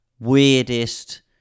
weirdest